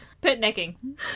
Picnicking